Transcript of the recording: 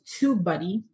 TubeBuddy